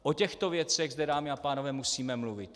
O těchto věcech zde, dámy a pánové, musíme mluvit!